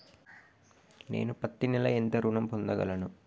నేను పత్తి నెల ఎంత ఋణం పొందగలను?